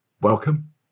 welcome